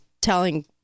telling